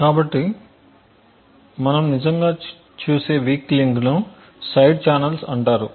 కాబట్టి మనం నిజంగా చూసే వీక్ లింక్ను సైడ్ ఛానెల్స్అంటారు